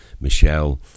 michelle